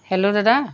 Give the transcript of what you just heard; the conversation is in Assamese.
হেল্ল' দাদা